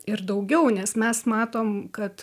ir daugiau nes mes matom kad